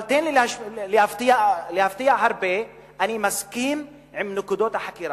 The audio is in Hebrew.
אבל תן לי להפתיע הרבה אני מסכים עם נקודות החקירה,